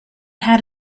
had